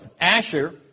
Asher